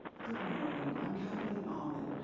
good morning, i'm kathleen allman.